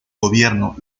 gobierno